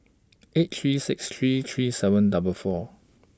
eight three six three three seven double four